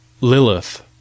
Lilith